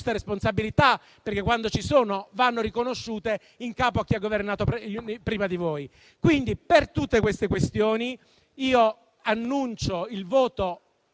responsabilità, perché, quando ci sono, vanno riconosciute, in capo a chi ha governato prima di voi. Per tutte queste questioni, annuncio il voto